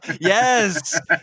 yes